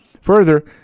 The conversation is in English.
Further